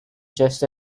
just